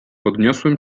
podniosłem